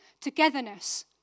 togetherness